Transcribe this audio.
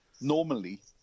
normally